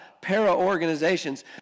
para-organizations